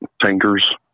tankers